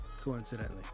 Coincidentally